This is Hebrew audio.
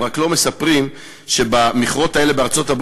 הם רק לא מספרים שבמכרות האלה בארצות-הברית